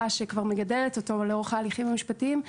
שכבר מגדלת אותו לאורך ההליכים המשפטיים,